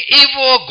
evil